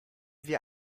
wir